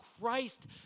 Christ